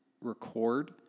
record